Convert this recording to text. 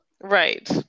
right